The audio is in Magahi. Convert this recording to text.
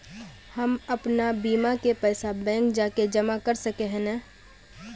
हम अपन बीमा के पैसा बैंक जाके जमा कर सके है नय?